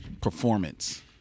performance